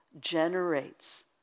generates